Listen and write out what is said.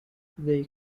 they